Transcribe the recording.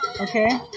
Okay